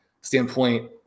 standpoint